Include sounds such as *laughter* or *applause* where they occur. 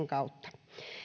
*unintelligible* kautta